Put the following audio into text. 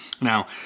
Now